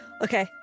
Okay